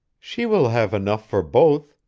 she will have enough for both,